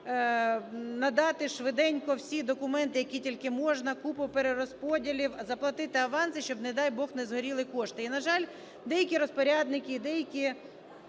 надати швиденько всі документи, які тільки можна, купу перерозподілів, заплатити аванси, щоб, не дай, Бог, не згоріли кошти. І, на жаль, деякі розпорядники по деяким